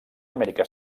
amèrica